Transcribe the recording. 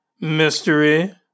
Mystery